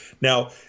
Now